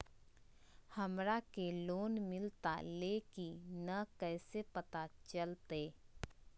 हमरा के लोन मिलता ले की न कैसे पता चलते?